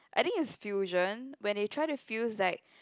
I think it's fusion when they try to fuse like